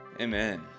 Amen